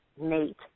mate